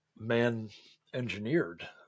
man-engineered